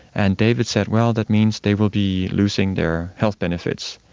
and david said, well, that means they will be losing their health benefits.